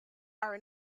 are